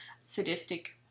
sadistic